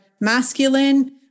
masculine